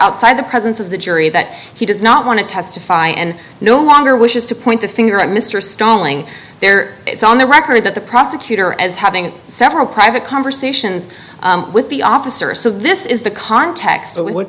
outside the presence of the jury that he does not want to testify and no longer wishes to point the finger at mr stalling there it's on the record that the prosecutor as having several private conversations with the officer so this is the context of what